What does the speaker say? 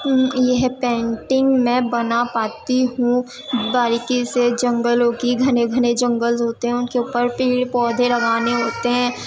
یہ پینٹنگ میں بنا پاتی ہوں باریکی سے جنگلوں کی گھنے گھنے جنگل ہوتے ہیں ان کے اوپر پیڑ پودھے لگانے ہوتے ہیں